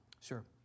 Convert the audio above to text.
Sure